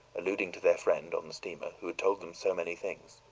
alluding to their friend on the steamer, who had told them so many things.